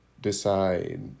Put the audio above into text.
decide